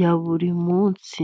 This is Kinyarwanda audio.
ya buri munsi.